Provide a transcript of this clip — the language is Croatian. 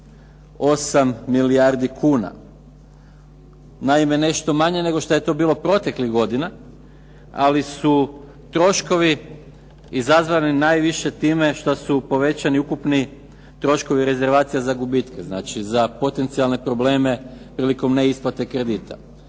3,8 milijardi kuna. Naime, nešto manje nego što je to bilo proteklih godina, ali su troškovi izazvani najviše time što su povećani ukupni troškovi rezervacija za gubitke, znači za potencijalne probleme prilikom neisplate kredita.